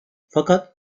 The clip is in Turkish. fakat